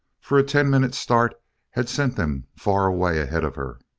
for a ten minute start had sent them far away ahead of her.